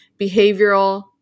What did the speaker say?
behavioral